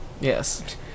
Yes